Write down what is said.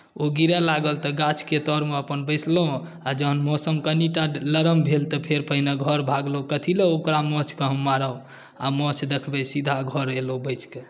ओ गिरय लागल तऽ गाछके तरमे अपन बैसलहुँ आ जखन मौसम कनिटा नरम भेल तऽ फेर पहिने घर भागलहुँ कथी लेल ओकरा माछकेँ हम मारब आ माछ देखबै सीधा घरपर अयलहुँ बचि कऽ